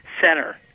center